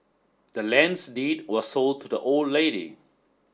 the land's deed was sold to the old lady